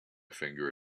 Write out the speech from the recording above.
finger